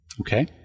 Okay